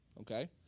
okay